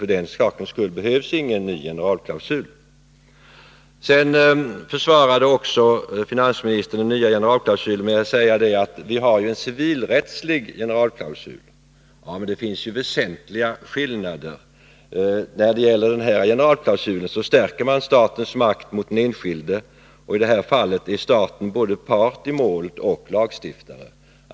För den sakens skull behövs inte någon ny generalklausul. Finansministern försvarade vidare den nya generalklausulen med att vi har en civilrättslig generalklausul. Ja, men det finns väsentliga skillnader. Med den nu föreslagna generalklausulen stärker man statens makt över den enskilde, och i detta fall är staten både part i målet och lagstiftare.